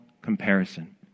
comparison